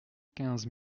quinze